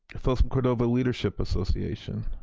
folsom cordova leadership association.